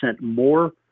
more